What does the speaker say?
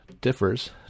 Differs